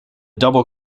double